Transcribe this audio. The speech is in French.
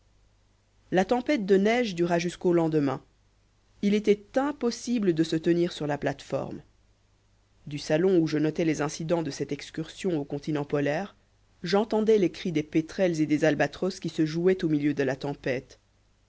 la tempête de neige dura jusqu'au lendemain il était impossible de se tenir sur la plate-forme du salon où je notais les incidents de cette excursion au continent polaire j'entendais les cris des pétrels et des albatros qui se jouaient au milieu de la tourmente